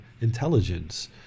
intelligence